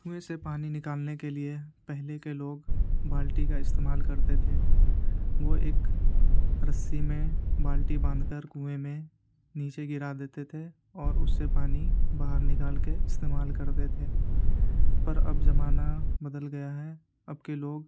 کنویں سے پانی نکالنے کے لیے پہلے کے لوگ بالٹی کا استعمال کرتے تھے وہ ایک رسی میں بالٹی باندھ کر کنوئیں میں نیچے گرا دیتے تھے اور اس سے پانی باہر نکال کے استعمال کرتے تھے پر اب زمانہ بدل گیا ہے اب کے لوگ